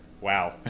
Wow